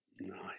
Nice